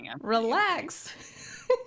relax